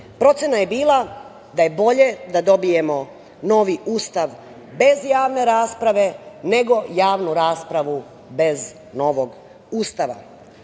Procena je bila da je bolje da dobijemo novi Ustav bez javne rasprave, nego javnu raspravu bez novog Ustava. Umesto